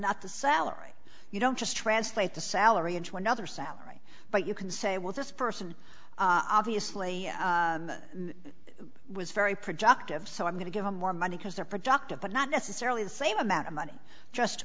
not the salary you don't just translate the salary into another salary but you can say well this person obviously was very productive so i'm going to give them more money because they're productive but not necessarily the same amount of money just